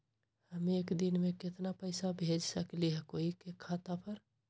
हम एक दिन में केतना पैसा भेज सकली ह कोई के खाता पर?